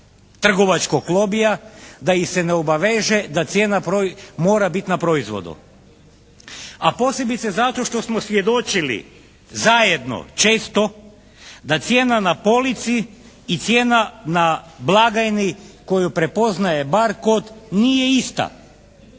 trgovačkog lobija da ih se ne obaveže da cijena mora bit na proizvodu? A posebice zato što smo svjedočili zajedno često da cijena na polici i cijena na blagajni koju prepoznaje bar kod nije ista.